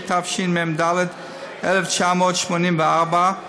התשמ"ד 1984,